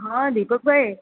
હા દીપકભાઈ